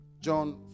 John